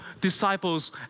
disciples